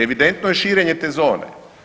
Evidentno je širenje te zone.